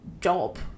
job